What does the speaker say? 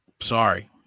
sorry